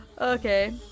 Okay